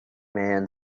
man